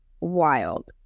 wild